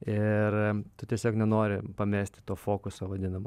ir tu tiesiog nenori pamesti to fokuso vadinamo